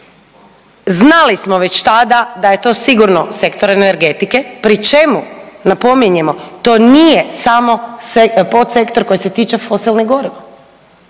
Znali smo već tada da je to sigurno sektor energetike pri čemu napominjemo to nije samo se…, podsektor koji se tiče fosilnih goriva,